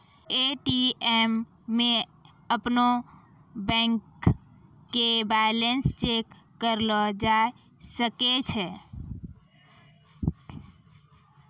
ATM मे अपनो bank के बैलेंस चेक करलो जाय सकै छै